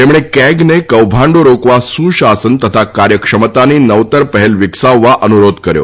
તેમણે કેગને કૌભાંડો રોકવા સુશાસન તથા કાર્યક્ષમતાની નવતર પહેલ વિકસાવવા અનુરોધ કર્યો